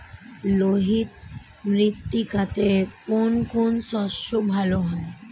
লোহিত মৃত্তিকাতে কোন কোন শস্য ভালো হয়?